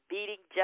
Beating